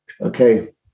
Okay